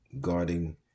guarding